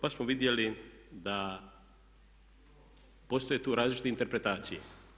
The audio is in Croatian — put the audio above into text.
Pa smo vidjeli da postoje tu različite interpretacije.